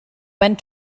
went